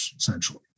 essentially